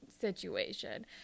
situation